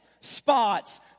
spots